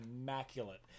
immaculate